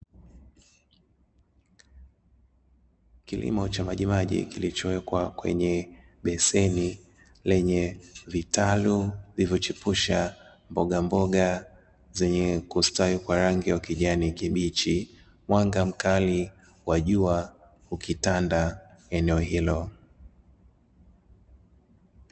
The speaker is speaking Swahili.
Kilimo cha majimaji kilichowekwa kwenye beseni lenye vitalu vilivyochipusha mbogamboga zilizostawi kwa rangi ya kijani kibichi. Mwanga mkali wa jua ukitanda eneo hilo.